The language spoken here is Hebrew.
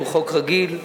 הוא חוק רגיל,